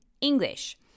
English